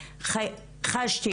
תודה, חמדה.